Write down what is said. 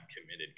committed